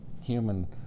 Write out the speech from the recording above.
human